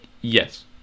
Yes